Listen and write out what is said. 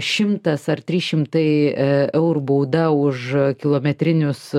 šimtas ar trys šimtai eurų bauda už kilometrinius